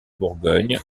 bourgogne